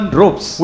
ropes